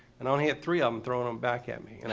and only ah three um thrown them back at me. and